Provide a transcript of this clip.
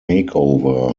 makeover